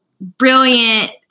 brilliant